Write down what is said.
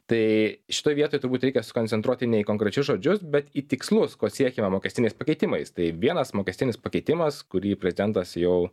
tai šitoj vietoj turbūt reikia sukoncentruoti ne į konkrečius žodžius bet į tikslus ko siekiama mokestiniais pakeitimais tai vienas mokestinis pakeitimas kurį prezdentas jau